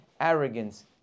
arrogance